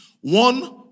One